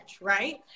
Right